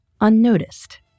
unnoticed